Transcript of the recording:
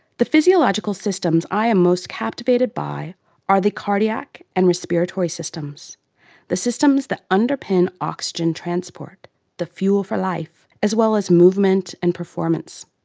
the physiological systems i am most captivated by are the cardiac and respiratory systems the systems that underpin oxygen transport the fuel for life as well as movement and performance.